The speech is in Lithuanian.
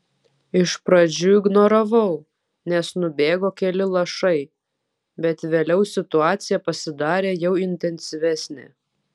iš pradžių ignoravau nes nubėgo keli lašai bet vėliau situacija pasidarė jau intensyvesnė